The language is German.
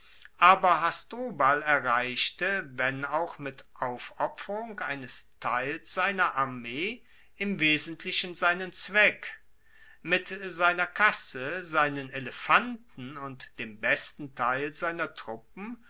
aber hasdrubal erreichte wenn auch mit aufopferung eines teils seiner armee im wesentlichen seinen zweck mit seiner kasse seinen elefanten und dem besten teil seiner truppen